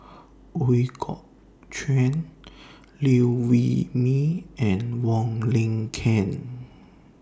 Ooi Kok Chuen Liew Wee Mee and Wong Lin Ken